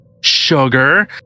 sugar